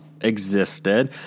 existed